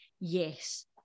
yes